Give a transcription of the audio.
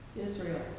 Israel